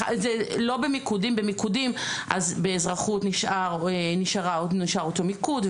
לא במיקודים באזרחות נשאר אותו מיקוד,